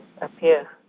appear